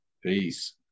Peace